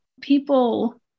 people